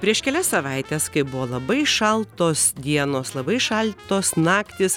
prieš kelias savaites kai buvo labai šaltos dienos labai šaltos naktys